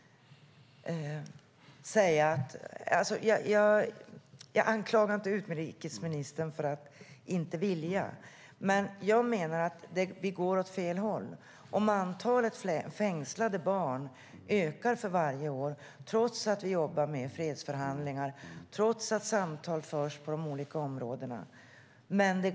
Jag anklagar inte utrikesministern för att inte vilja. Men det går åt fel håll om antalet fängslade barn ökar för varje år trots att vi jobbar med fredsförhandlingar och samtal förs på de olika områdena.